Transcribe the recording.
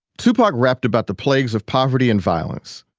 tupac rapped about the plagues of poverty and violence,